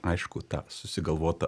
aišku tą susigalvotą